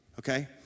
okay